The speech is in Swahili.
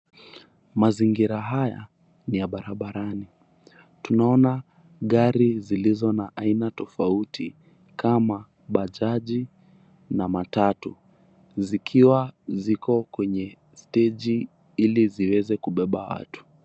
Mazingira haya ni ya barabarani. Tunaona gari zilizo na aina tofauti, kama bajaji, na matatu. Zikiwa ziko kwenye steji ili ziweze kubeba watu.